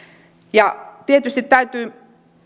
tietysti täytyy